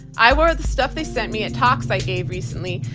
i wore the stuff they sent me at talks i gave recently,